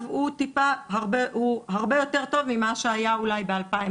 הוא הרבה יותר טוב ממה שהיה אולי ב-2020.